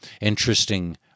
interesting